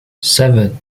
seven